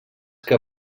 que